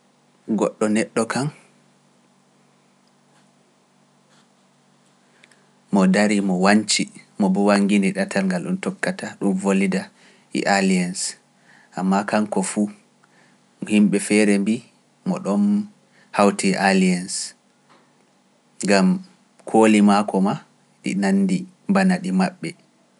Goɗɗo neɗɗo kan, mo darii, mo wañci, mo buwangiindi ɗatal ngal ɗum tokkata ɗum volida e aliyens, ammaa kanko fu, himɓe feere mbi’ mo ɗoon hawti e aliyens, gam kooli mako maa ɗi nanndi bana ɗi maɓɓe.